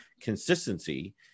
consistency